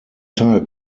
teil